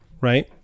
Right